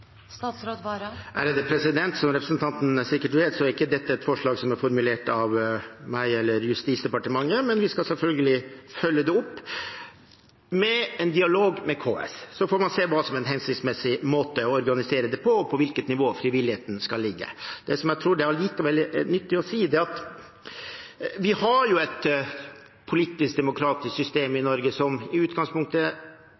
Som representanten Eide sikkert vet, er ikke dette et forslag som er formulert av meg eller Justisdepartementet, men vi skal selvfølgelig følge det opp. I en dialog med KS får man se hva som er en hensiktsmessig måte å organisere det på, og på hvilket nivå frivilligheten skal ligge. Det jeg likevel tror er nyttig å si, er at vi har et politisk demokratisk system i